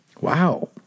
Wow